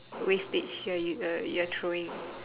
wastage you are uh you are throwing